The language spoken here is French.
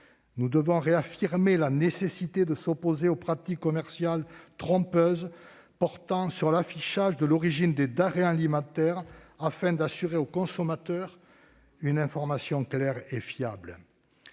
Il faut réaffirmer la nécessité de s'opposer aux pratiques commerciales trompeuses portant sur l'affichage de l'origine des denrées alimentaires, afin d'assurer aux consommateurs une information claire et fiable.